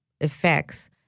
effects